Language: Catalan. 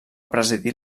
presidir